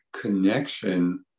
connection